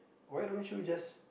why don't you just